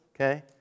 okay